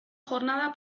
jornada